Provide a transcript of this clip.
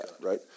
right